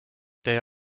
tee